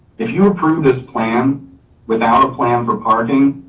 if you approve this plan without a plan for parking,